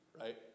right